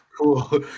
Cool